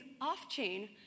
off-chain